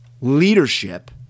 leadership